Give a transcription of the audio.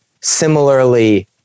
similarly